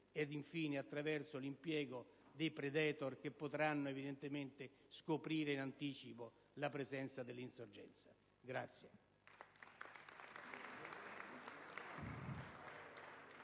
e infine attraverso l'impiego dei Predator che potranno evidentemente scoprire in anticipo la presenza dell'insorgenza.